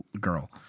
girl